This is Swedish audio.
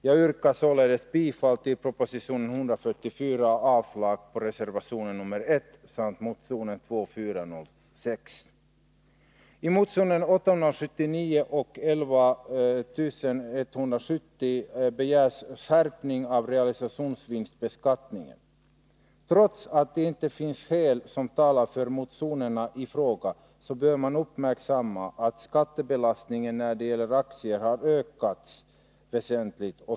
Jag yrkar således bifall till proposition 144 och avslag på reservation 1 samt motion 2406. I motion 879 och 1170 begärs skärpning av realisationsvinstbeskattningen. Trots att det finns skäl som talar för motionerna i fråga bör man uppmärksamma att skattebelastningen när det gäller aktier har ökats väsentligt.